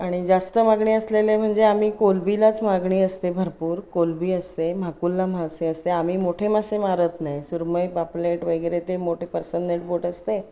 आणि जास्त मागणी असलेले म्हणजे आम्ही कोलंबीलाच मागणी असते भरपूर कोलंबी असते म्हाकुलला मासे असते आम्ही मोठे मासे मारत नाही सुरमई पापलेट वगैरे ते मोठे पर्सननेट बोट असते